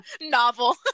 Novel